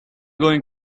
going